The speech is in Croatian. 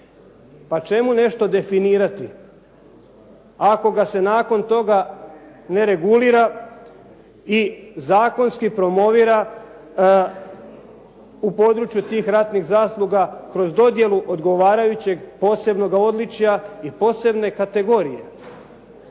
Pa čemu nešto definirati, ako ga se nakon toga ne regulira i zakonski promovira u području tih ratnih zasluga kroz dodjelu odgovarajućeg posebnoga odličja i posebne kategorije.